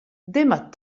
demat